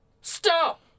stop